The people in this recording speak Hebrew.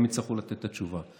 הם יצטרכו לתת את התשובה.